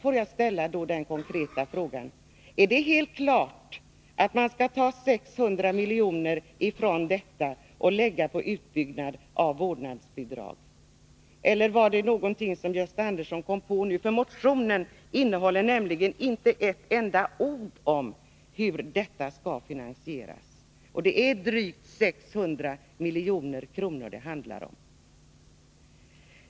Får jag då ställa den konkreta frågan: Är det helt klart att man skall ta 600 miljoner från skatteomläggningen och lägga dem på en utbyggnad av föräldraförsäkringen med vårdnadsbidrag? Eller är detta någonting som Gösta Andersson kom på nu? Motionen innehåller inte ett enda ord om hur förslaget skall finansieras. Och det handlar som sagt om 600 milj.kr.